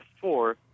four